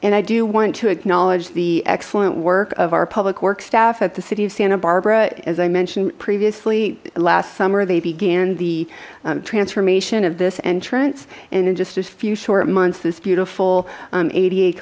and i do want to acknowledge the excellent work of our public work staff at the city of santa barbara as i mentioned previously last summer they began the transformation of this entrance and in just a few short months this beautiful eighty eight